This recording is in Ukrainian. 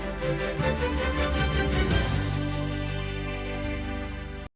Дякую.